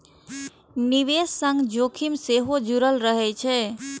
निवेशक संग जोखिम सेहो जुड़ल रहै छै